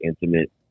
intimate